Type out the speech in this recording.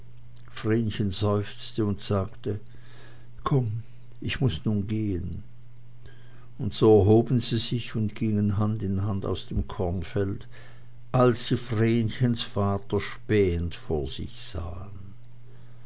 vrenchen seufzte und sagte komm ich muß nun gehen und so erhoben sie sich und gingen hand in hand aus dem kornfeld als sie vrenchens vater spähend vor sich sahen